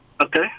Okay